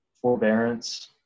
forbearance